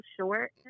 short